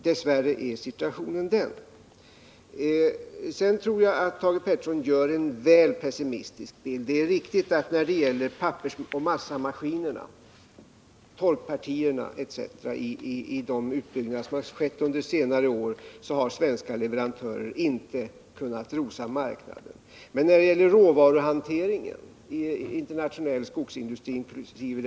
Dess värre är situationen denna. Jag tror att Thage Peterson tecknar en väl pessimistisk bild. Det är riktigt att i den utbyggnad som under senare år har skett när det gäller pappersoch massamaskinernas torkparti etc. har svenska leverantörer inte kunnat rosa marknaden. Men när det gäller råvaruhanteringen i den internationella skogsindustrin inkl.